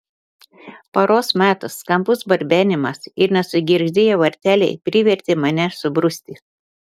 paros metas skambus barbenimas ir nesugirgždėję varteliai privertė mane subruzti